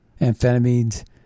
amphetamines